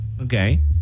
Okay